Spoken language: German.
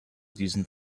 diesen